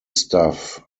staff